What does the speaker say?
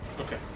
Okay